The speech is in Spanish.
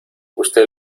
usted